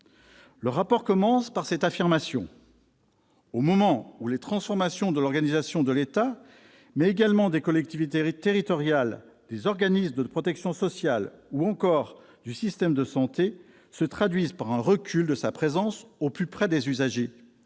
Le rapport commence par cette affirmation : au moment où les transformations de l'organisation de l'État, mais également des collectivités territoriales, des organismes de protection sociale, ou encore du système de santé, se traduisent par un recul de sa présence au plus près des usagers,